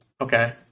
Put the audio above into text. okay